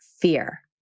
fear